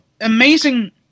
amazing